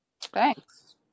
Thanks